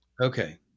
Okay